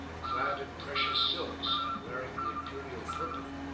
clad in precious silks and wearing the imperial purple,